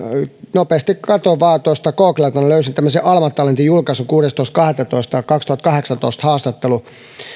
nopeasti katsoin vain tuosta googlelta löysin tämmöisessä alma talentin julkaisussa kuudestoista toista kaksituhattakahdeksantoista olleen haastattelun